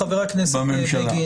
חבר הכנסת בגין,